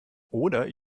oder